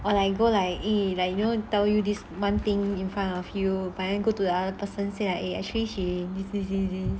or like go leh eh like you know tell you this one thing in front of you but then go to the other person say eh actually he this this this this